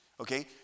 Okay